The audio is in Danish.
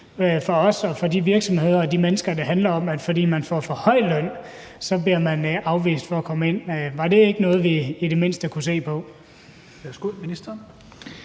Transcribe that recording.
for os og for de virksomheder og mennesker, det handler om, at fordi man får for høj løn, bliver man afvist i at komme ind. Var det ikke noget, vi i det mindste kunne se på?